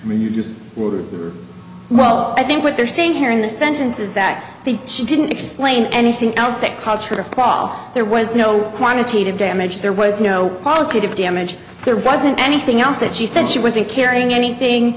all just well i think what they're saying here in the sentence is that the she didn't explain anything else that caused her to fall there was no quantitative damage there was no positive damage there wasn't anything else that she said she wasn't carrying anything